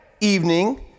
evening